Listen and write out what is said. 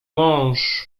mąż